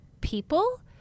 people